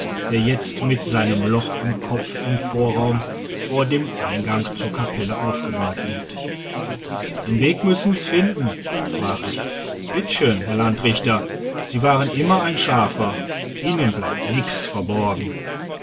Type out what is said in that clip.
der jetzt mit seinem loch im kopf im vorraum vor dem eingang zur kapelle aufgebahrt liegt den weg müssen's finden sprach ich bitt schön herr landrichter sie waren immer ein scharfer ihnen bleibt nix verborgen